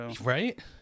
Right